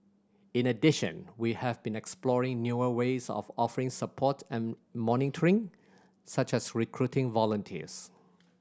in addition we have been exploring newer ways of offering support and monitoring such as recruiting volunteers